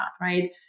right